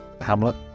Hamlet